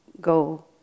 go